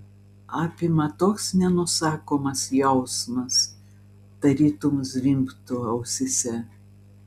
apima toks nenusakomas jausmas tarytum zvimbtų ausyse